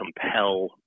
compel